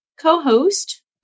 co-host